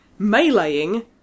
meleeing